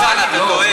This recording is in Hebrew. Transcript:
ניסן, אתה טועה.